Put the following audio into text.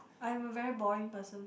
I'm a very boring person